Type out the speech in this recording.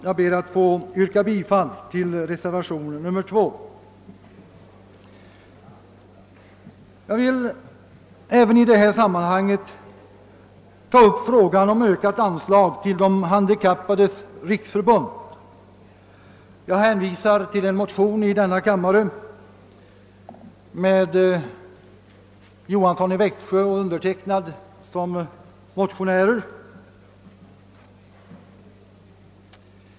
Jag ber att få yrka bifall till reservationen 2 av herr Edström m.fl. Jag vill även i detta sammanhang ta upp frågan om ökade anslag till De handikappades riksförbund. Jag hänvisar till de likalydande motionerna I: 118 av herrar Wirtén och Svanström samt II: 95 av herr Johansson i Växjö och mig.